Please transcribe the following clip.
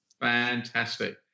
Fantastic